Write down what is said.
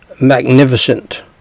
magnificent